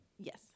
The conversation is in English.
Yes